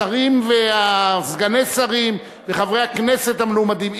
השרים וסגני השרים וחברי הכנסת המלומדים,